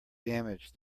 damage